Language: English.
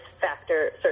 factor